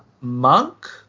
Monk